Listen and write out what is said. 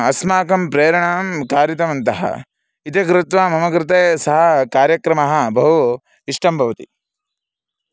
अस्माकं प्रेरणां कारितवन्तः इति कृत्वा मम कृते सः कार्यक्रमः बहु इष्टं भवति